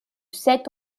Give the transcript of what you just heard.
sept